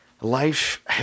life